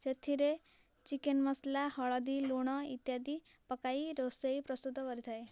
ସେଥିରେ ଚିକେନ ମସଲା ହଳଦୀ ଲୁଣ ଇତ୍ୟାଦି ପକାଇ ରୋଷେଇ ପ୍ରସ୍ତୁତ କରିଥାଏ